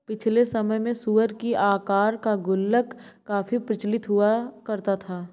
पिछले समय में सूअर की आकार का गुल्लक काफी प्रचलित हुआ करता था